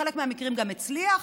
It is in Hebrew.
בחלק מהמקרים גם הצליח,